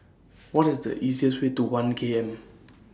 What IS The easiest Way to one K M